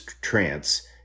trance